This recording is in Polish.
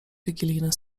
wigilijny